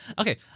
Okay